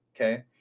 okay